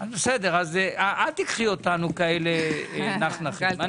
תיקחי אותנו כאלה נחנחים.